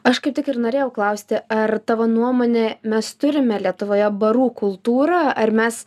aš kaip tik ir norėjau klausti ar tavo nuomone mes turime lietuvoje barų kultūrą ar mes